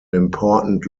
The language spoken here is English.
important